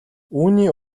үүний